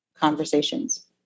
conversations